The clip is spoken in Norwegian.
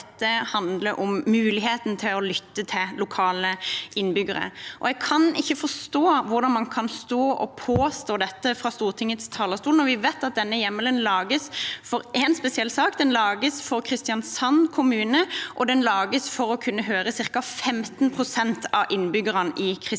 dette handler om muligheten til å lytte til lokale innbyggere. Jeg kan ikke forstå hvordan man kan stå og påstå dette fra Stortingets talerstol, når vi vet at denne hjemmelen lages for én spesiell sak. Den lages for Kristiansand kommune, og den lages for å kunne høre på ca. 15 pst. av innbyggerne i Kristiansand